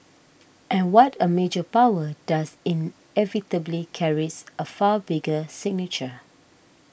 and what a major power does inevitably carries a far bigger signature